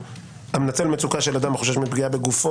"המנצל מצוקה של אדם החושש מפגיעה בגופו